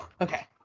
Okay